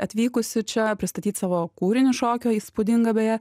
atvykusi čia pristatyt savo kūrinius šokio įspūdinga beje